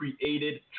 created